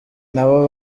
nabo